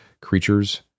creatures